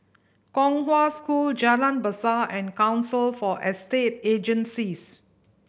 Kong Hwa School Jalan Besar and Council for Estate Agencies